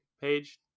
page